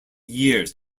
years